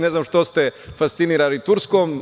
Ne znam što ste fascinirani Turskom.